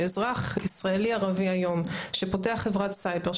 שאזרח ישראלי ערבי היום שפותח חברת סייבר,